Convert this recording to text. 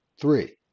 three